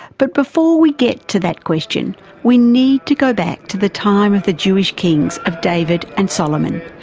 but before we get to that question we need to go back to the time of the jewish kings of david and solomon,